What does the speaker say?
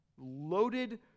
Loaded